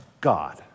God